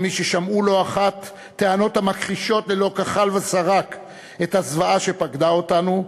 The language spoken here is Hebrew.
כמי ששמעו לא אחת טענות המכחישות ללא כחל ושרק את הזוועה שפקדה אותנו,